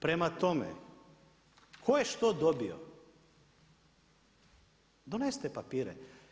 Prema tome, tko je što dobio donesite papire.